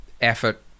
effort